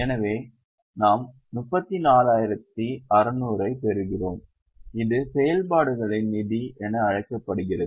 எனவே நாம் 34600 ஐப் பெறுகிறோம் இது செயல்பாடுகளின் நிதி என அழைக்கப்படுகிறது